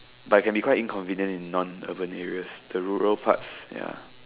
but it can be quite inconvenient in non urban areas the rural parts ya